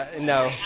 no